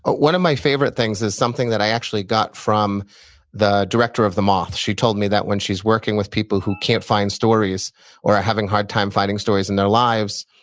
but one of my favorite things is something that i actually got from the director of the moth. she told me that when she's working with people who can't find stories or are having a hard time finding stories in their lives,